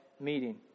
meeting